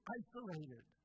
isolated